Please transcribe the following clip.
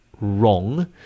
wrong